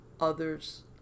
Others